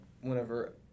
whenever